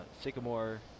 Sycamore